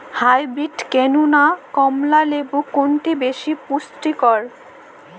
Hybrid কেনু না কমলা লেবু কোনটি বেশি পুষ্টিকর?